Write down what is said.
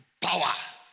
power